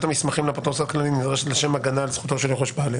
המסמכים לאפוטרופוס הכללי נדרשת לשם הגנה על זכותו של יורש בהליך"?